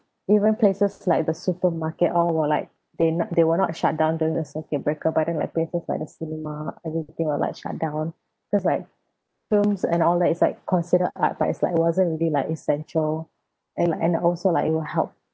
even places like the supermarket all were like they not they were not shut down during the circuit breaker but then like places like the cinema everything were like shut down because like films and all that it's like considered art but it's like wasn't really like essential and like and the also like it will help